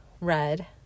red